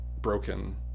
broken